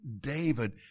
David